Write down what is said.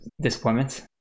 disappointments